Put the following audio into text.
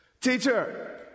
Teacher